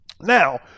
Now